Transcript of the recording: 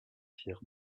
pierre